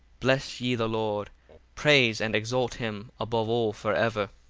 bless ye the lord praise and exalt him above all for ever.